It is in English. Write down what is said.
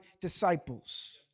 disciples